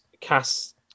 Cast